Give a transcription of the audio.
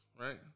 right